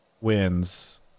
wins